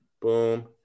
Boom